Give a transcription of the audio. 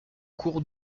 cours